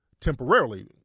temporarily